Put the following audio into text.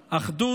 אחדות,